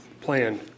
plan